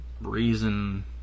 reason